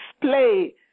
display